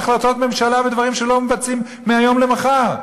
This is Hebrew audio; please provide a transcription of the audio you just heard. החלטות ממשלה בדברים שלא מבצעים מהיום למחר?